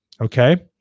okay